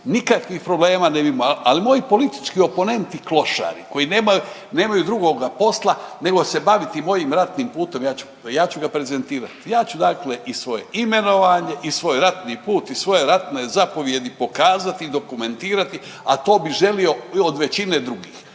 nikakvih problema ne bi imao, ali moji politički oponenti klošari koji nemaju drugoga posla nego se baviti mojim ratnim putem, ja ću ga prezentirati. Ja ću dakle i svoje imenovanje i svoj ratni put i svoje ratne zapovjedi pokazati i dokumentirati, a to bi želio od većine drugih,